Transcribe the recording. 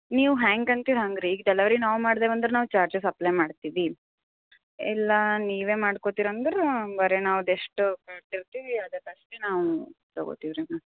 ನೀವು ಹೆಂಗೆ ಅಂತೀರ ಹಂಗೆ ರೀ ಈಗ ಡೆಲೆವರಿ ನಾವು ಮಾಡ್ದೇವೆ ಅಂದ್ರು ನಾವು ಚಾರ್ಜಸ್ ಅಪ್ಲೈ ಮಾಡ್ತೀವಿ ಎಲ್ಲ ನೀವೇ ಮಾಡ್ಕೊಳ್ತೀರ ಅಂದ್ರೆ ಬರೀ ನಾವು ಜಸ್ಟ್ ಕೊಟ್ಟಿರ್ತೀವಿ ಅದೇ ಕಾಸ್ಟ್ ನಾವು ತಗೊಳ್ತೀವಿ ರೀ ಮ್ಯಾಮ್